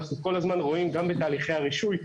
אנחנו כל הזמן רואים גם בתהליכי הרישוי,